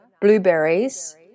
blueberries